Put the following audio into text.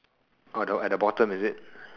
oh the at the bottom is it